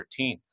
2013